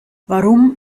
warum